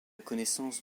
connaissance